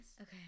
Okay